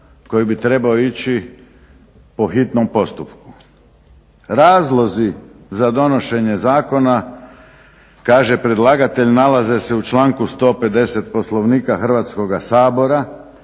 koji bi trebao ići po hitnom postupku. Razlozi za donošenje zakona kaže predlagatelj nalaze se u članku 150. Poslovnika Hrvatskoga sabora